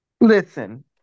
Listen